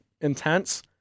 intense